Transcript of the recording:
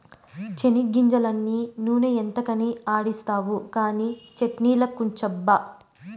చెనిగ్గింజలన్నీ నూనె ఎంతకని ఆడిస్తావు కానీ చట్ట్నిలకుంచబ్బా